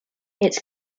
its